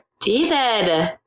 David